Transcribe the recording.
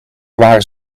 waren